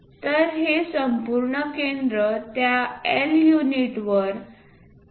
तर हे संपूर्ण केंद्र त्या L युनिट्सवर आहे